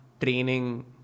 training